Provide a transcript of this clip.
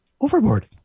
overboard